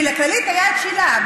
כי לכללית היה את שיל"ה,